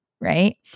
right